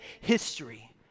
history